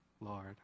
lord